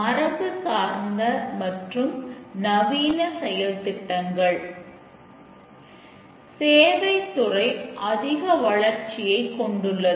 மரபுசார்ந்த மற்றும் நவீன செயல்திட்டங்கள் சேவைத்துறை அதிக வளர்ச்சியை கொண்டுள்ளது